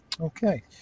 Okay